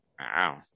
Wow